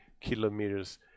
kilometers